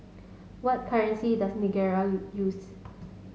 what currency does Nigeria use